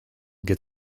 get